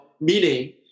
meaning